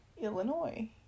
Illinois